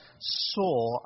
saw